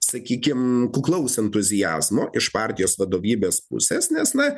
sakykime kuklaus entuziazmo iš partijos vadovybės pusės nes na